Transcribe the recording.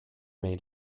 may